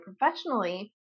professionally